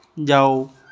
ਜਾਓ